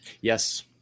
Yes